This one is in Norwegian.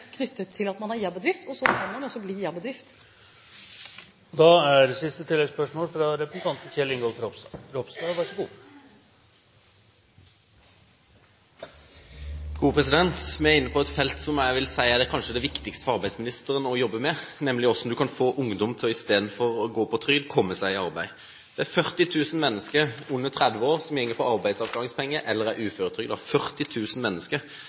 knyttet til at man er IA-bedrift. Så kan man jo også bli IA-bedrift. Kjell Ingolf Ropstad – til oppfølgingsspørsmål. Vi er inne på et felt som jeg vil si kanskje er det viktigste for arbeidsministeren å jobbe med, nemlig hvordan man kan få ungdom til å komme seg i arbeid istedenfor å gå på trygd. Det er 40 000 mennesker under 30 år som går på arbeidsavklaringspenger eller er uføretrygdet – 40 000 mennesker.